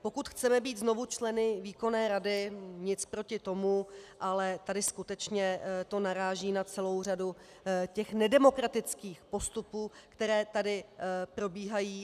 Pokud chceme být znovu členy výkonné rady, nic proti tomu, ale skutečně to tady naráží na celou řadu těch nedemokratických postupů, které tady probíhají.